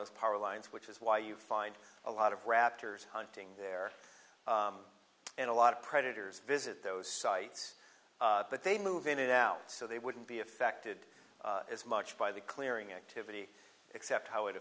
those power lines which is why you find a lot of raptors hunting there and a lot of predators visit those sites but they move in and out so they wouldn't be affected as much by the clearing activity except how it